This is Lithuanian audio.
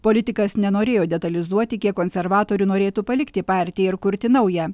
politikas nenorėjo detalizuoti kiek konservatorių norėtų palikti partiją ir kurti naują